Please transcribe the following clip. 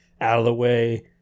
out-of-the-way